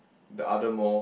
the other mall